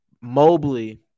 Mobley